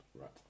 Right